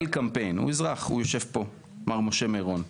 הוא אזרח, הוא יושב פה מר משה מירון,